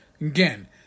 Again